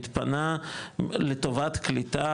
התפנה לטובת קליטה,